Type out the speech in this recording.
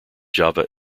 java